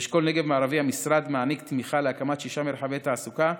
באשכול נגב מערבי המשרד מעניק תמיכה להקמת שישה מרחבי תעסוקה,